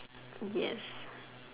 yes